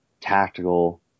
tactical